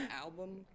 album